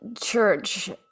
church